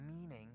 meaning